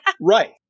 Right